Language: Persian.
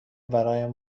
برایم